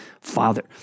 father